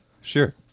sure